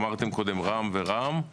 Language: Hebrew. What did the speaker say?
אמרתם קודם רם ור"ם,